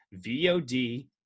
VOD